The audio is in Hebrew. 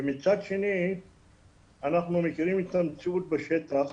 ומצד שני אנחנו מכירים את המציאות בשטח,